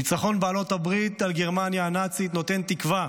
ניצחון בעלות הברית על גרמניה הנאצית נותן תקווה,